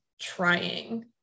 trying